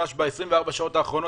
ממש ב-24 שעות האחרונות,